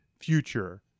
future